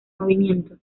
movimiento